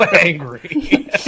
angry